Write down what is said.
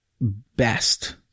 best